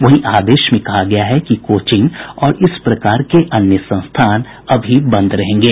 वहीं आदेश में कहा गया है कि कोचिंग और इस प्रकार के अन्य संस्थान अभी बंद रहेंगे